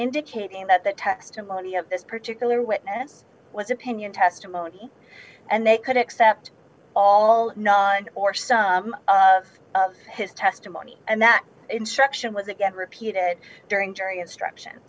indicating that the testimony of this particular witness was opinion testimony and they could accept all non or some of his testimony and that instruction was again repeated during jury instruction